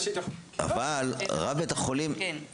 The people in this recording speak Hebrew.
אבל רב בית החולים --- לא,